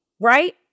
right